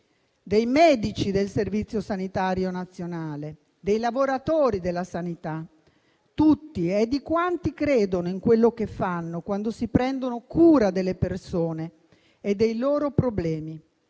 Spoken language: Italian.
dei medici del Servizio sanitario nazionale, di tutti i lavoratori della sanità e di quanti credono in quello che fanno quando si prendono cura delle persone e dei loro problemi.